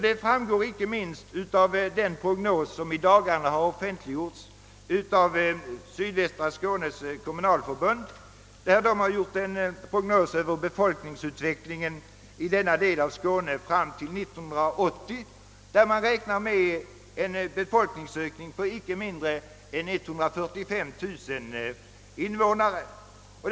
Det framgår inte minst av den prognos, som i dagarna har offentliggjorts av Sydvästra Skånes kommunalförbund beträffande befolkningsutvecklingen i denna del av Skåne fram till 1980. Man räknar med en befolkningsökning på inte mindre än 145 000 personer.